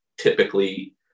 typically